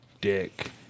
Dick